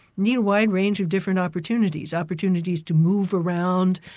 need a wide range of different opportunities. opportunities to move around,